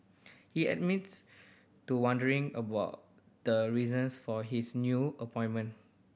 he admits to wondering about the reasons for his new appointment